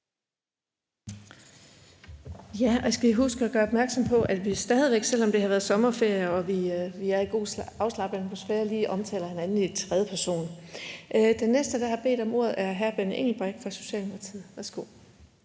Vind): Jeg skal lige huske at gøre opmærksom på, at vi stadig væk, selv om det har været sommerferie og der er en god og afslappet atmosfære, lige tiltaler hinanden i tredje person. Den næste, der har bedt om ordet, er hr. Benny Engelbrecht fra Socialdemokratiet. Værsgo.